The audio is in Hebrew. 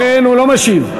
לכן הוא לא משיב.